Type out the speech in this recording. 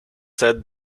said